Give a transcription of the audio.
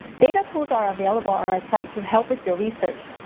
data tools are available on our site to help with your research.